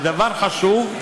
ודבר חשוב,